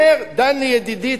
דני ידידי,